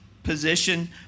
Position